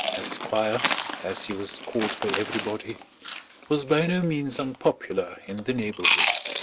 esquire, as he was called by everybody was by no means unpopular in the neighbourhood.